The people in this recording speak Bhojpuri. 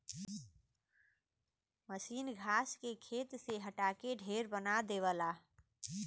मसीन घास के खेत से हटा के ढेर बना देवला